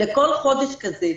לכל חודש כזה,